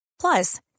Plus